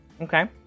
Okay